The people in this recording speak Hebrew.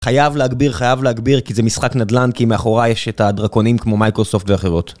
חייב להגביר חייב להגביר כי זה משחק נדלן כי מאחורה יש את הדרקונים כמו מייקרוסופט ואחרות